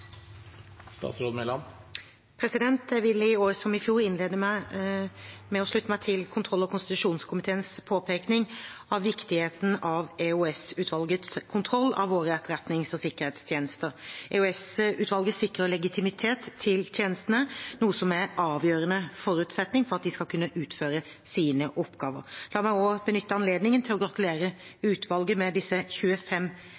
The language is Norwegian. å slutte meg til kontroll- og konstitusjonskomiteens påpekning av viktigheten av EOS-utvalgets kontroll av våre etterretnings- og sikkerhetstjenester. EOS-utvalget sikrer legitimitet til tjenestene, noe som er en avgjørende forutsetning for at de skal kunne utføre sine oppgaver. La meg også benytte anledningen til å gratulere